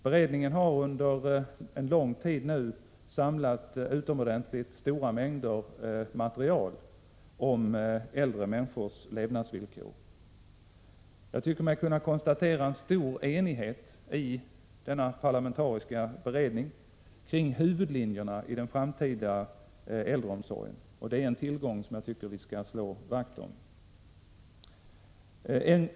Beredningen har nu under en lång tid samlat utomordentligt stora mängder material om äldre människors levnadsvillkor. Jag tycker mig kunna konstatera en stor enighet i denna parlamentariska beredning kring huvudlinjerna i den framtida äldreomsorgen. Det är en tillgång som vi bör slå vakt om.